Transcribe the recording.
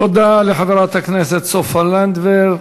תודה לחברת הכנסת סופה לנדבר.